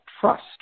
trust